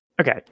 Okay